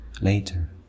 later